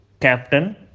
captain